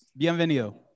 bienvenido